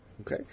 Okay